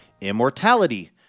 Immortality